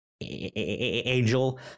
Angel